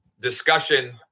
discussion